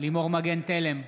לימור מגן תלם,